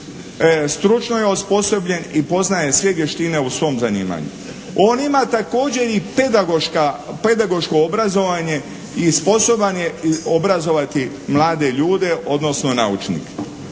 stručno je osposobljen i poznaje sve vještine u svom zanimanju. On ima također i pedagoško obrazovanje i sposoban je obrazovati mlade ljude, odnosno naučnike